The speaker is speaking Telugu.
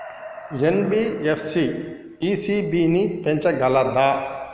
ఎన్.బి.ఎఫ్.సి ఇ.సి.బి ని పెంచగలదా?